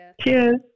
Cheers